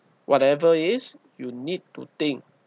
whatever it is you need to think